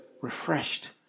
refreshed